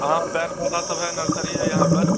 हाँ पैड़ पौधे सब हैं नरसरी है यहाँ पर